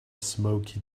smoky